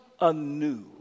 anew